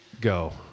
go